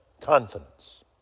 confidence